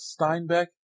Steinbeck